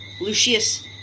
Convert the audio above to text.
Lucius